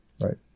right